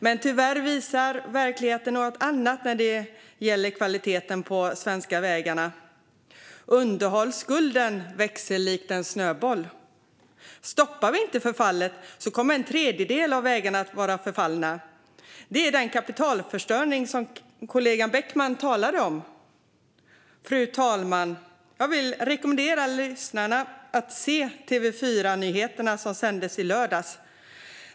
Men tyvärr visar verkligheten något annat när det gäller kvaliteten på de svenska vägarna. Underhållsskulden växer likt en snöboll. Stoppar vi inte förfallet kommer en tredjedel av vägarna att vara förfallna. Det är den kapitalförstöring som kollegan Beckman talade om. Fru talman! Jag vill rekommendera lyssnarna att se TV4-nyheterna som sändes i lördags.